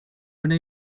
una